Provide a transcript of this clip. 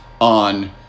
on